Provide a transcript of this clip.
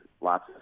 lots